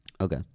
Okay